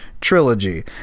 trilogy